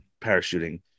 parachuting